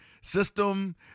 system